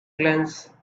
glance